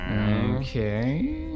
Okay